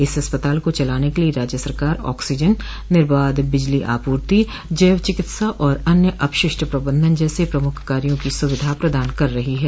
इस अस्पताल को चलाने के लिये राज्य सरकार ऑक्सीजन निर्बाध बिजली आपूर्ति जैव चिकित्सा और अन्य अपशिष्ट प्रबंधन जैसे प्रमुख कार्यो की सुविधा प्रदान कर रही है